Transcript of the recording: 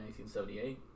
1978